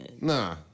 Nah